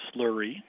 slurry